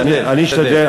תשתדל.